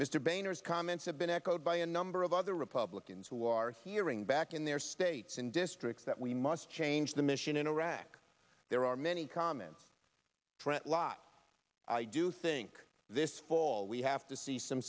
his comments have been echoed by a number of other republicans who are hearing back in their states and districts that we must change the mission in iraq there are many comments trent lott i do think this fall we have to see some